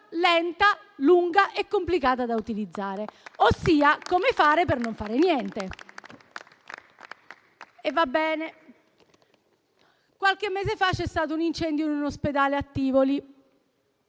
lenta, lunga e complicata da utilizzare, ossia: come fare per non fare niente. Qualche mese fa c'è stato un incendio in un ospedale a Tivoli.